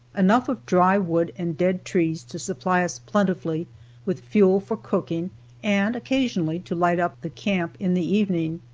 enough of dry wood and dead trees to supply us plentifully with fuel for cooking and occasionally to light up the camp in the evening.